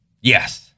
Yes